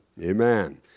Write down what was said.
Amen